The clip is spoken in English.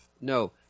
No